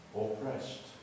oppressed